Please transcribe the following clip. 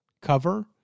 cover